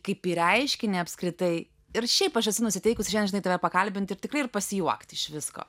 kaip į reiškinį apskritai ir šiaip aš esu nusiteikusi šiandien žinai tave pakalbinti ir tikrai ir pasijuokti iš visko